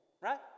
right